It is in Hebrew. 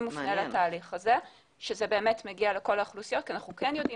מפנה לתהליך הזה ושזה באמת מגיע לכל האוכלוסיות כי אנחנו יודעים